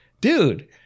dude